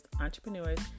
entrepreneurs